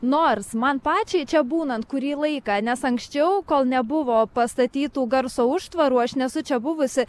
nors man pačiai čia būnant kurį laiką nes anksčiau kol nebuvo pastatytų garso užtvarų aš nesu čia buvusi